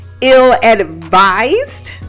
ill-advised